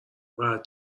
باید